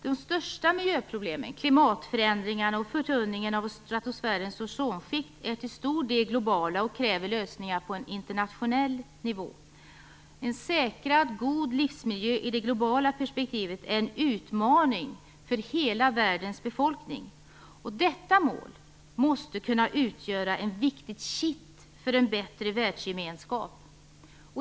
De största miljöproblemen - klimatförändringarna och förtunningen av stratosfärens ozonskikt - är till stor del globala och kräver lösningar på en internationell nivå. En säkrad god livsmiljö i det globala perspektivet är en utmaning för hela världens befolkning, och detta mål måste kunna utgöra ett viktigt kitt för en bättre världsgemenskap.